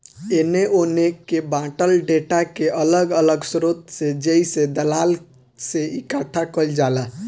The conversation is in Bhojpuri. एने ओने के बॉटल डेटा के अलग अलग स्रोत से जइसे दलाल से इकठ्ठा कईल जाला